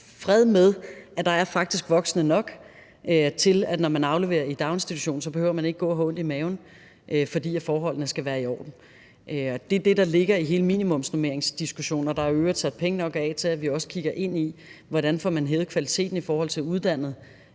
fred med, at der faktisk er voksne nok til, at man, når man afleverer sit barn i daginstitution, ikke behøver at gå og have ondt i maven, altså fordi forholdene skal være i orden. Det er det, der ligger i hele minimumsnormeringsdiskussionen, og der er i øvrigt sat penge nok af til, at vi også kigger ind i, hvordan man får hævet kvaliteten i forhold til uddannet